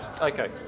Okay